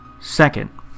Second